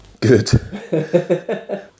Good